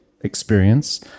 experience